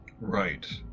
Right